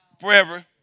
forever